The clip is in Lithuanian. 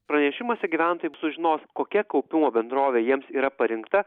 pranešimuose gyventojai sužinos kokia kaupimo bendrovė jiems yra parinkta